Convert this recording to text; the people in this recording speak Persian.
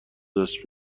دست